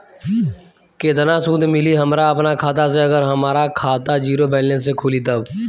केतना सूद मिली हमरा अपना खाता से अगर हमार खाता ज़ीरो बैलेंस से खुली तब?